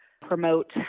promote